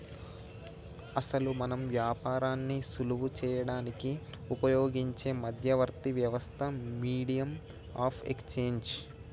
అసలు మనం వ్యాపారాన్ని సులువు చేయడానికి ఉపయోగించే మధ్యవర్తి వ్యవస్థ మీడియం ఆఫ్ ఎక్స్చేంజ్